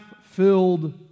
filled